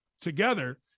together